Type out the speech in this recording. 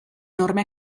enorme